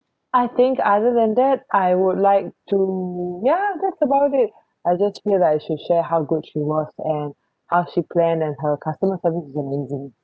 I think other than that I would like to ya that's about it I just feel like I should share how good she was and how she planned and her customer service is amazing